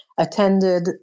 attended